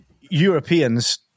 Europeans